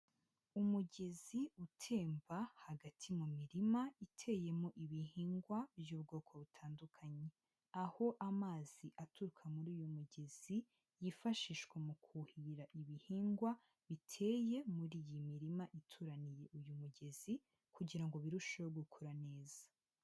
Umugezi utemba hagati mu mirima iteyemo ibihingwa by'ubwoko butandukanye, aho amazi aturuka muri uyu mugezi yifashishwa mu kuhirira ibihingwa biteye muri iyi mirima ituraniye uyu mugezi kugira ngo birusheho gukura neza.